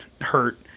hurt